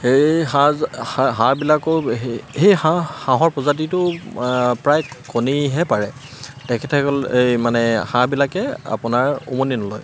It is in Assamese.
এই হাঁহ হাঁহবিলাকো সেই হাঁহ হাঁহৰ প্ৰজাতিটো প্ৰায় কণীহে পাৰে তেখেতসকলে মানে হাঁহবিলাকে আপোনাৰ উমনি নলয়